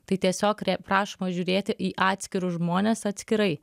tai tiesiog prašoma žiūrėti į atskirus žmones atskirai